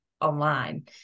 online